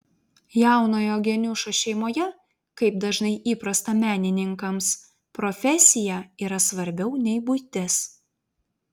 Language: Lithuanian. jaunojo geniušo šeimoje kaip dažnai įprasta menininkams profesija yra svarbiau nei buitis